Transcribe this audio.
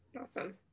Awesome